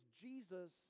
Jesus